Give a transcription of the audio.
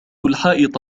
الحائط